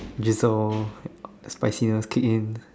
drizzle all spiciness kick in